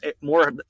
more